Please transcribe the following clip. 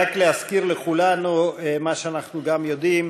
רק להזכיר לכולנו את מה שאנחנו גם יודעים,